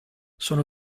sono